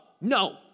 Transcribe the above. no